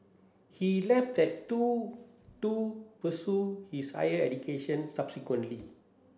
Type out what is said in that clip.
he left that too to pursue his higher education subsequently